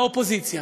באופוזיציה,